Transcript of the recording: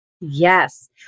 yes